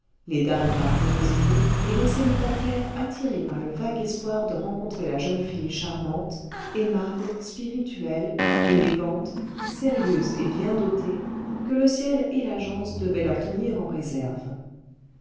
les dames par curiosité et les célibataires attirés par le vague espoir de rencontrer la jeune fille charmante aimable spirituelle élégante sérieuse et bien dotée que le ciel et l'agence devaient leur tenir en réserve